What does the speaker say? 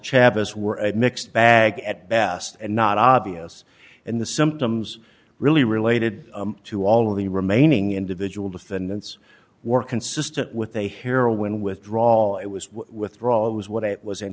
chavis were a mixed bag at best and not obvious and the symptoms really related to all of the remaining individual defendants were consistent with a heroin withdrawal it was withdrawal was what it was